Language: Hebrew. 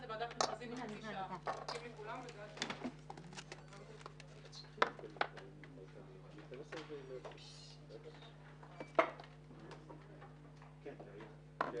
13:30.